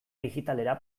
digitalera